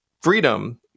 freedom